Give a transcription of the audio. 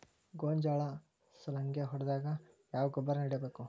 ಗೋಂಜಾಳ ಸುಲಂಗೇ ಹೊಡೆದಾಗ ಯಾವ ಗೊಬ್ಬರ ನೇಡಬೇಕು?